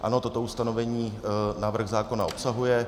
Ano, toto ustanovení návrh zákona obsahuje.